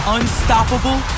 unstoppable